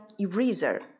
eraser